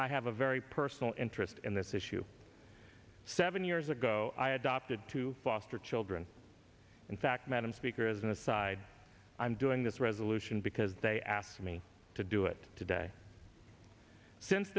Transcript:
i have a very personal interest in this issue seven years ago i adopted two foster children in fact madam speaker as an aside i'm doing this resolution because they asked me to do it today since